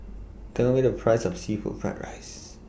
Tell Me The Price of Seafood Fried Rice